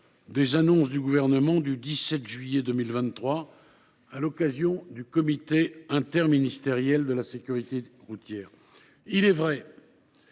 par le Gouvernement le 17 juillet 2023, à l’occasion du comité interministériel de la sécurité routière. Il est vrai